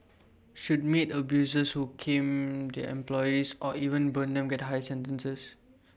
should maid abusers who cane their employees or even burn them get higher sentences